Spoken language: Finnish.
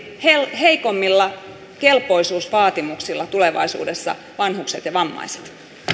heikommilla kelpoisuusvaatimuksilla tulevaisuudessa vanhukset ja vammaiset